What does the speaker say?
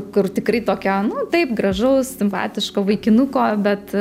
kur tikrai tokio nu taip gražaus simpatiško vaikinuko bet